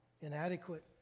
inadequate